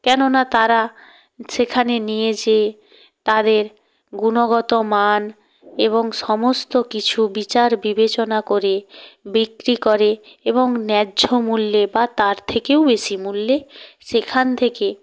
কেননা তারা সেখানে নিয়ে যেয়ে তাদের গুণগত মান এবং সমস্ত কিছু বিচার বিবেচনা করে বিক্রি করে এবং ন্যায্য মূল্যে বা তার থেকেও বেশি মূল্যে সেখান থেকে